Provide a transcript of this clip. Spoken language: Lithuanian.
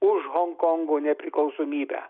už honkongo nepriklausomybę